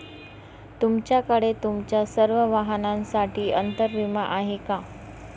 तुमच्याकडे तुमच्या सर्व वाहनांसाठी अंतर विमा आहे का